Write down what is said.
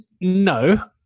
No